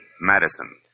Madison